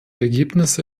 ergebnisse